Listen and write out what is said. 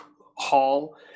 hall